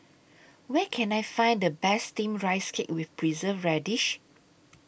Where Can I Find The Best Steamed Rice Cake with Preserved Radish